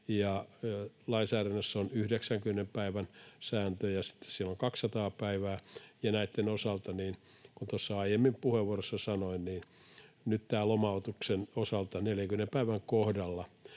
Lainsäädännössä on 90 päivän sääntö, ja sitten siellä on 200 päivää, ja näitten osalta, kuten tuossa aiemmin puheenvuorossani sanoin, nyt lomautuksen osalta 40 päivän kohdalla